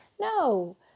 No